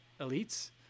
elites